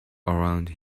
around